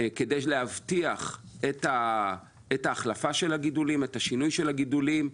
כדי להבטיח את ההחלפה ואת השינוי של הגידולים,